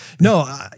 No